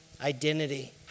identity